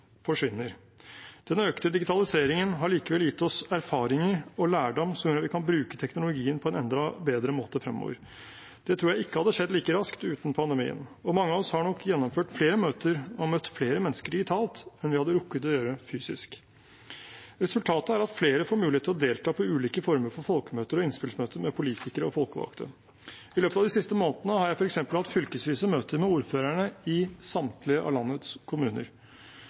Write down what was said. forsvinner. Den økte digitaliseringen har likevel gitt oss erfaringer og lærdom som gjør at vi kan bruke teknologien på en enda bedre måte fremover. Det tror jeg ikke hadde skjedd like raskt uten pandemien, og mange av oss har nok gjennomført flere møter og møtt flere mennesker digitalt enn vi hadde rukket å gjøre fysisk. Resultatet er at flere får mulighet til å delta på ulike former for folkemøter og innspillsmøter med politikere og folkevalgte. I løpet av de siste månedene har jeg f.eks. hatt fylkesvise møter med ordførerne i samtlige av landets kommuner.